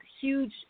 huge